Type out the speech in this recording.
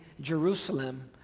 Jerusalem